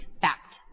Fact